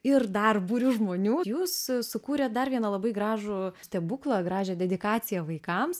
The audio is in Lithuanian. ir dar būriu žmonių jūs sukūrėt dar vieną labai gražų stebuklą gražią dedikaciją vaikams